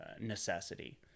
necessity